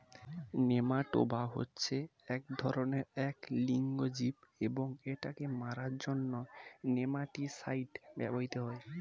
nematoda হচ্ছে এক ধরণের এক লিঙ্গ জীব এবং এটাকে মারার জন্য নেমাটিসাইড ব্যবহৃত হয়